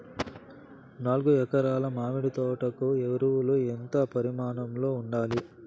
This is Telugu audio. నాలుగు ఎకరా ల మామిడి తోట కు ఎరువులు ఎంత పరిమాణం లో ఉండాలి?